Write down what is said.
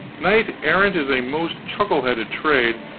knight-errantry is a most chuckle-headed trade,